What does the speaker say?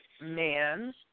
man